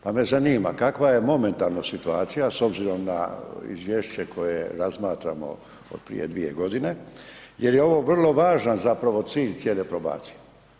Pa me zanima kakva je momentalno situacija, s obzirom na izvješće koje razmatramo od prije dvije godine jer je ovo vrlo važan zapravo cilj cijele probacije?